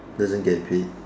doesn't get paid